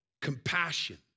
Compassion